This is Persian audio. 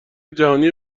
جهانی